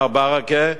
מר ברכה,